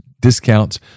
discounts